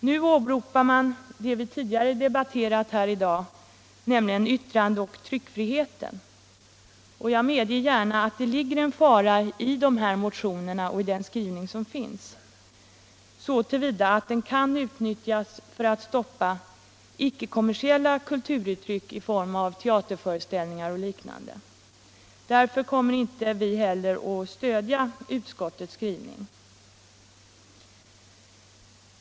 Nu åberopar man också det vi tidigare debatterat i dag, nämligen yttrandeoch tryckfriheten, och jag medger gärna att det ligger en fara i motionerna och den skrivning som finns så till vida som en reglering kan utnyttjas för att stoppa icke kommersiella kulturuttryck i form av teaterföreställningar och liknande. Därför kommer inte vi heller att stödja utskottets skrivning.